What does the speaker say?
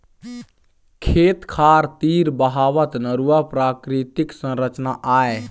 खेत खार तीर बहावत नरूवा प्राकृतिक संरचना आय